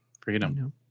Freedom